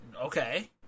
Okay